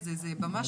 ידוע.